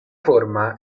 forma